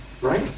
Right